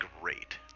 great